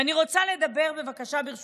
ואני רוצה לדבר, בבקשה, ברשותכם,